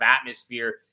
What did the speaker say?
atmosphere